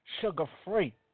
sugar-free